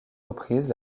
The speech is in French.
reprises